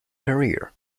career